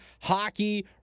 hockey